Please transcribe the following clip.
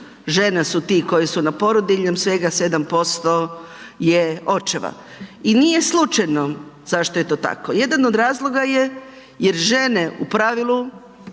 žena su ti koje su na porodiljnom, svega 7% je očeva. I nije slučajno zašto je to tako. Jedan od razloga je, jer žene u pravilu